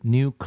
New